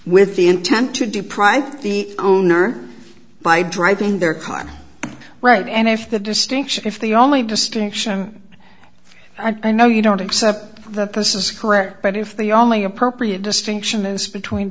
with the intent to deprive the owner by driving their car right and if that distinction if the only distinction i know you don't accept the person's correct but if the only appropriate distinction is between